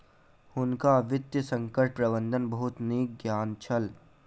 हुनका वित्तीय संकट प्रबंधनक बहुत नीक ज्ञान छल